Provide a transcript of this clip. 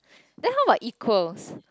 then how about equals